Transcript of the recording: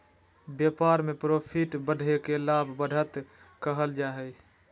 व्यापार में प्रॉफिट बढ़े के लाभ, बढ़त कहल जा हइ